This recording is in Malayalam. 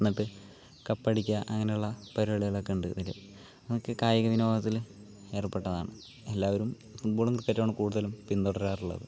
എന്നിട്ട് കപ്പടിക്കുക അങ്ങനെയുള്ള പരിപാടികളൊക്കെ ഉണ്ട് ഇതിൽ അതൊക്കെ കായിക വിനോദത്തിൽ ഏർപ്പെട്ടതാണ് എല്ലാവരും ഫുട്ബോളും ക്രിക്കറ്റുമാണ് കൂടുതലും പിന്തുടരാറുള്ളത്